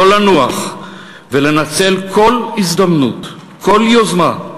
לא לנוח ולנצל כל הזדמנות, כל יוזמה,